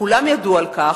כולם ידעו על כך,